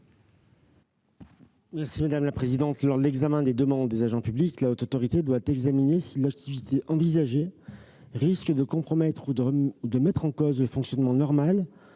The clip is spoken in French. l'avis du Gouvernement ? Lors de l'examen des demandes des agents publics, la Haute Autorité doit étudier si l'activité envisagée risque de compromettre ou de mettre en cause le fonctionnement normal,